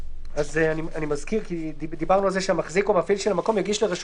אני מזכיר כי דיברנו על כך שהמחזיק או המפעיל של המקום יגיש לרשות